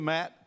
Matt